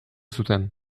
zuten